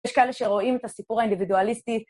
יש כאלה שרואים את הסיפור האינדיבידואליסטי,